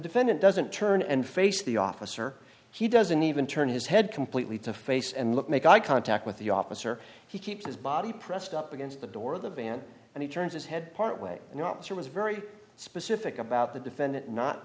defendant doesn't turn and face the officer he doesn't even turn his head completely to face and look make eye contact with the officer he keeps his body pressed up against the door of the van and he turns his head part way and officer was very specific about the defendant not